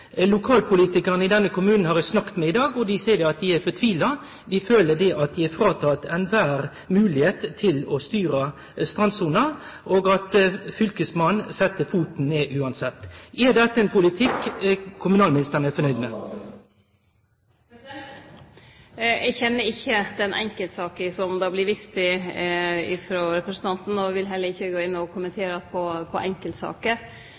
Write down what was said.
Lokalpolitikarane i denne kommunen har eg snakka med i dag, og dei seier at dei er fortvila. Dei føler at dei er fråtekne kvar moglegheit til å styre strandsona, og at fylkesmannen set foten ned, uansett. Er dette ein politikk kommunalministeren er fornøgd med? Eg kjenner ikkje den enkeltsaka som det vert vist til frå representanten si side, og eg vil heller ikkje gå inn og kommentere enkeltsaker.